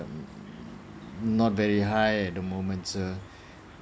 not very high at the moment uh